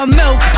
milk